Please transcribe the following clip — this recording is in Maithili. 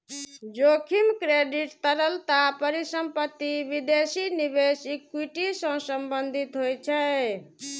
जोखिम क्रेडिट, तरलता, परिसंपत्ति, विदेशी निवेश, इक्विटी सं संबंधित होइ छै